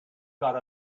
got